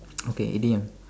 okay idioms